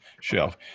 shelf